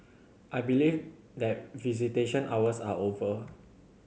I believe that visitation hours are over